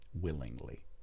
willingly